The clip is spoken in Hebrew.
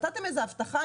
נתתם איזה הבטחה,